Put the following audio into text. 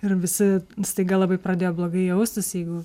ir visi staiga labai pradėjo blogai jaustis jeigu